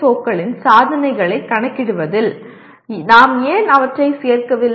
ஓக்களின் சாதனைகளை கணக்கிடுவதில் நாம் ஏன் அவற்றை சேர்க்கவில்லை